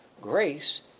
grace